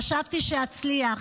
חשבתי שאצליח.